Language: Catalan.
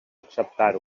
acceptar